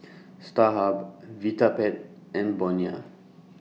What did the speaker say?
Starhub Vitapet and Bonia